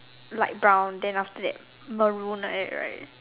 light brown then after that maroon like that right